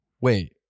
wait